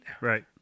Right